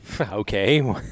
okay